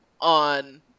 on